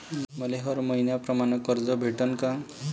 मले हर मईन्याप्रमाणं कर्ज भेटन का?